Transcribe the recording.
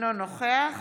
אינו נוכח